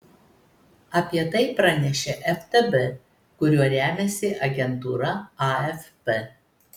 apie tai pranešė ftb kuriuo remiasi agentūra afp